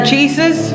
Jesus